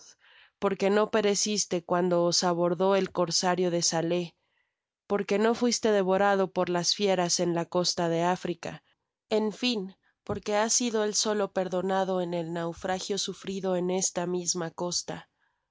porque no pereciste cuando os abordé el corsario de salé porque no fuiste devorado por las fieras en la costa de africa en fin porque has sido el solo perdonado en el naufragio sufrido en esta misma costa